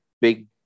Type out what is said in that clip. big